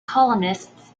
columnists